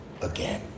again